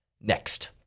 next